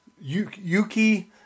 Yuki